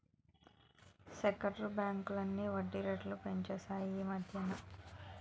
centre బ్యాంకులన్నీ వడ్డీ రేట్లు పెంచాయి ఈమధ్యన